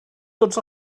tots